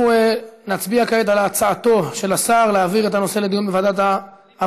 אנחנו נצביע כעת על הצעתו של השר להעביר את הנושא לדיון בוועדת העבודה,